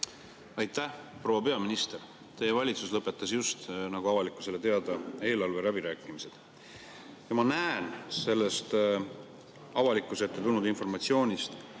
Aitäh! Proua peaminister, teie valitsus lõpetas just, nagu avalikkusele teada, eelarve läbirääkimised. Ma näen sellest avalikkuse ette tulnud informatsioonist